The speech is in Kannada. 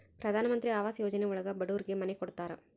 ಪ್ರಧನಮಂತ್ರಿ ಆವಾಸ್ ಯೋಜನೆ ಒಳಗ ಬಡೂರಿಗೆ ಮನೆ ಕೊಡ್ತಾರ